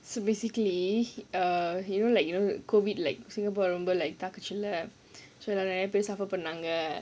so basically err you know like you know COVID like singapore இந்த:indha like பேசுறபோ நாங்க:pesurapo naanga